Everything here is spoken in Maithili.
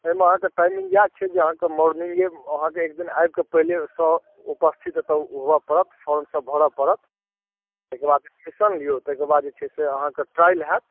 एहिमे अहाँके टाइमिंग इएह छै जे अहाँक मोर्निंगे अहाँक एक दिन आबि कऽ पहिलेसँ उपस्थित एतय हुअऽ पड़त फॉर्म सभ भरऽ पड़त ताहिके बाद एडमिशन लियौ ताहिके बाद जे छै से अहाँके ट्रायल हैत